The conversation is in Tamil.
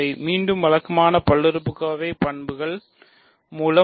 மீண்டும் வழக்கமான பல்லுறுப்புக்கோவை பண்புகள் மூலம் வரும்